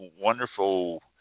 wonderful